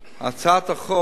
הצעת החוק